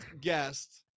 Guest